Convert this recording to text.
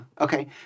Okay